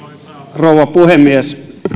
rouva puhemies